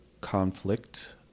conflict